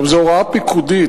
עכשיו, זו הוראה פיקודית.